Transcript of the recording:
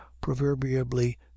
proverbially